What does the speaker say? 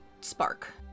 spark